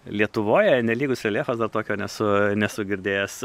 lietuvoje nelygus reljefas dar tokio nesu nesu girdėjęs